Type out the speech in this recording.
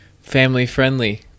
family-friendly